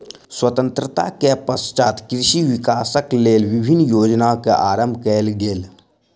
स्वतंत्रता के पश्चात कृषि विकासक लेल विभिन्न योजना के आरम्भ कयल गेल